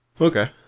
Okay